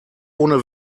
ohne